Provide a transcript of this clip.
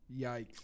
Yikes